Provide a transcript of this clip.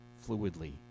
fluidly